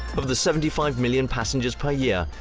of the seventy five million passengers per year,